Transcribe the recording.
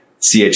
CH